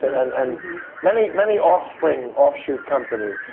and. and many many offspring offshoot companies.